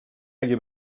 اگه